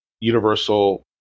universal